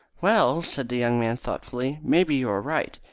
well, said the young man thoughtfully, maybe you are right.